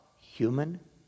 human